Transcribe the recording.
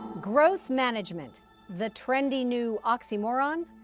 growth management the trendy new oxymoron?